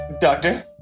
Doctor